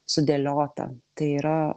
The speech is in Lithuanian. sudėliota tai yra